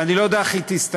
ואני לא יודע איך היא תסתיים,